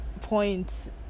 points